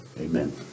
Amen